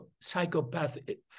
psychopathic